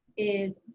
is